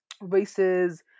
races